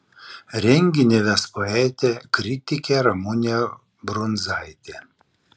renginį ves poetė kritikė ramunė brundzaitė